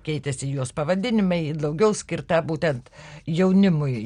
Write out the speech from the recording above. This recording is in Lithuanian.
keitėsi jos pavadinimai daugiau skirta būtent jaunimui